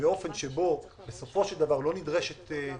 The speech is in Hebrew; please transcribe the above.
באופן שבו בסופו של דבר לא נופל שום